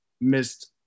missed